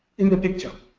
in the picture.